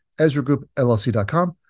ezragroupllc.com